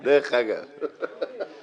הצעת חוק איסור צריכת זנות (הוראת שעה),